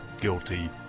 guilty